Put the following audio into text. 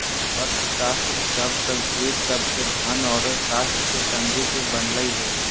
अर्थशास्त्र शब्द संस्कृत शब्द के धन औरो शास्त्र के संधि से बनलय हें